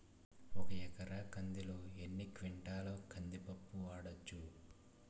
ఒక ఎకర కందిలో ఎన్ని క్వింటాల కంది పప్పును వాడచ్చు?